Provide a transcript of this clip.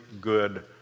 good